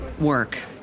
work